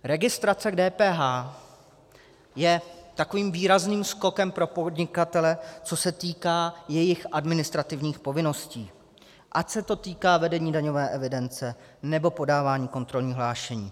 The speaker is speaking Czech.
Registrace k DPH je takovým výrazným skokem pro podnikatele, co se týká jejich administrativních povinností, ať se to týká vedení daňové evidence, nebo podávání kontrolního hlášení.